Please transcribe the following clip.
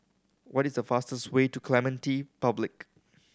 what is the fastest way to Clementi Public